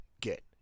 get